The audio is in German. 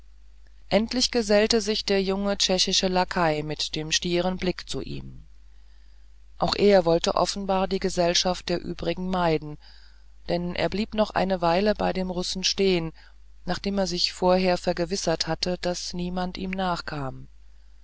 endlich gesellte sich der junge tschechische lakai mit dem stieren blick zu ihm auch er wollte offenbar die gesellschaft der übrigen meiden denn er blieb noch eine weile bei dem russen stehen nachdem er sich vorher vergewissert hatte daß ihm niemand